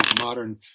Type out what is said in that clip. modern